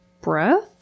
breath